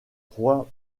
croix